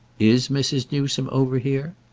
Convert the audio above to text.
is mrs. newsome over here?